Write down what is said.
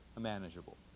manageable